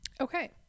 Okay